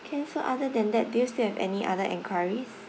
can so other than that do you still have any other enquiries